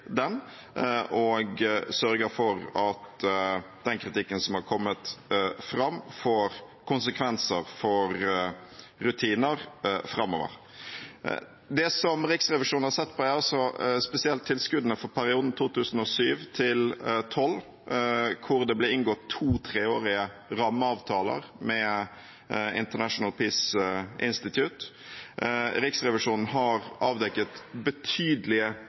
den og sørger for at den kritikken som har kommet fram, får konsekvenser for rutiner framover. Det Riksrevisjonen har sett på, er altså spesielt tilskuddene for perioden 2007–2012, hvor det ble inngått to treårige rammeavtaler med International Peace Institute. Riksrevisjonen har avdekket betydelige